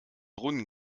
brunnen